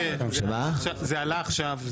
זה עלה עכשיו.